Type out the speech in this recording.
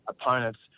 opponents